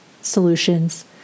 solutions